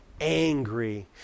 angry